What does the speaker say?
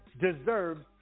deserves